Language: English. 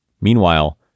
Meanwhile